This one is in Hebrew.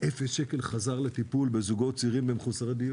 ואפס שקל חזר לטיפול בזוגות צעירים ומחוסרי דיור,